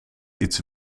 iets